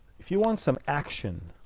if you want some action,